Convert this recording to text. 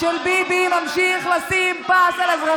אם היית בשיעור הקודם היית שומע את התשובה שלי על ההערות שלך.